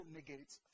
negates